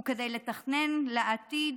וכדי לתכנן לעתיד